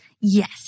Yes